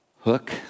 Hook